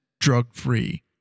drug-free